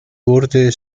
wurde